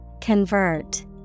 Convert